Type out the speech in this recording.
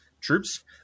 troops